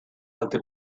alte